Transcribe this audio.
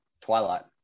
Twilight